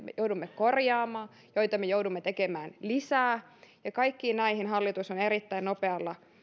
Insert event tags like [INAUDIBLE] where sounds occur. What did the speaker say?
[UNINTELLIGIBLE] me joudumme korjaamaan joita me joudumme tekemään lisää kaikkiin näihin hallitus on erittäin nopealla